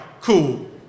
cool